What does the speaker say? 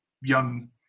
young